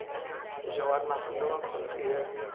जवारनाशक दवा कौन सी है?